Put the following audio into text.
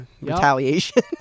retaliation